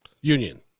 Union